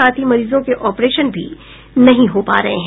साथ ही मरीजों के ऑपरेशन भी नहीं हो पा रहे हैं